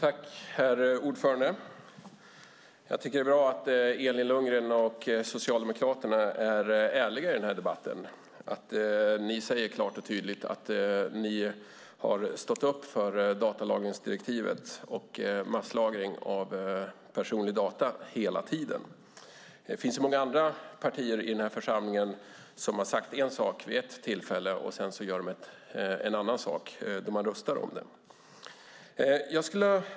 Herr talman! Jag tycker att det är bra att Elin Lundgren och Socialdemokraterna är ärliga i denna debatt. Ni säger klart och tydligt att ni har stått upp för datalagringsdirektivet och masslagring av personlig data hela tiden. Det finns många andra partier i den här församlingen som har sagt en sak vid ett tillfälle och sedan gör en annan sak då man röstar om det.